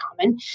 common